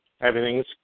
everything's